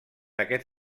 aquest